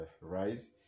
rise